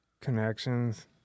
Connections